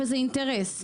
וזה אינטרס.